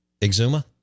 Exuma